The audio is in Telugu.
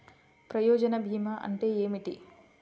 ప్రయోజన భీమా అంటే ఏమిటి?